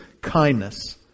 kindness